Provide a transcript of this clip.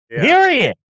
Period